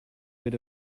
bit